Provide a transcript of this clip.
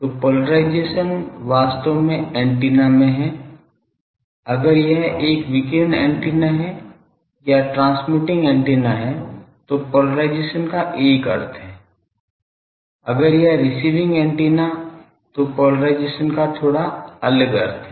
तो पोलराइजेशन वास्तव में एंटीना में है अगर यह एक विकिरण एंटीना है या ट्रांसमिटिंग एंटीना है तो पोलराइजेशन का एक अर्थ है अगर यह रिसीविंग एंटीना तो पोलराइजेशन का थोड़ा अलग अर्थ है